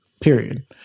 period